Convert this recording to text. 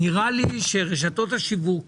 נראה לי שרשתות השיווק